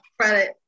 credit